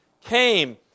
came